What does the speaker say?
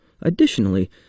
Additionally